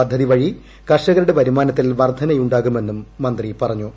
പദ്ധതി വഴി കർഷകരുടെ പ്പരുമാനത്തിൽ വർദ്ധനയുണ്ടാകുമെന്നും മന്ത്രി പ്പറഞ്ഞു